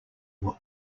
were